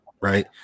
right